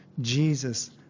Jesus